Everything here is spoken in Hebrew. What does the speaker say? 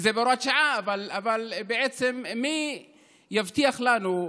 זה בהוראת שעה, אבל בעצם מי יבטיח לנו,